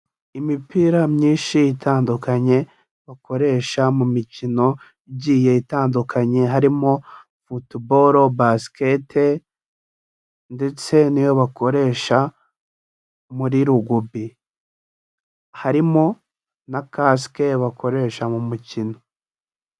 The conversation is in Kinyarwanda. Imipira myinshi itandukanye bakoresha mu mikino igiye itandukanye, harimo Football, Basket ndetse n'iyo bakoresha muri Rugby, harimo na kasike bakoresha mu mukino.